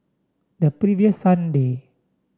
the previous Sunday